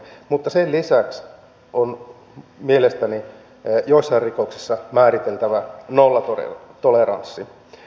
mutta sen lisäksi on mielestäni joissain rikoksissa määriteltävä nollatoleranssi